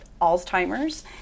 Alzheimer's